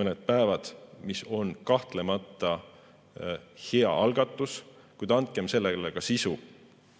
mõned päevad, mis on kahtlemata hea algatus, kuid andkem sellele ka sisu.